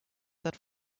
that